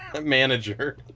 Manager